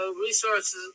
resources